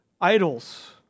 idols